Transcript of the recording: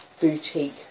boutique